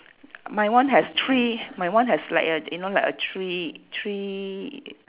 my one has three my one has like a you know like a three three